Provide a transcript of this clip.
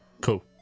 Cool